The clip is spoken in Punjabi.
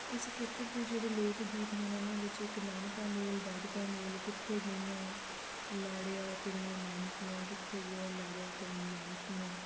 ਇਸ ਖੇਤਰ ਦੇ ਜਿਹੜੇ ਲੋਕ ਗੀਤ ਹਨ ਉਹਨਾਂ ਵਿੱਚ ਇੱਕ ਨਾਨਕਾ ਮੇਲ ਦਾਦਕਾ ਮੇਲ ਕਿੱਥੇ ਗਈਆਂ ਲਾੜਿਆ ਤੇਰੀਆਂ ਨਾਨਕੀਆਂ ਕਿੱਥੇ ਗਿਆ ਲਾੜਿਆ ਤੇਰੀਆਂ ਨਾਨਕੀਆਂ